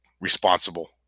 responsible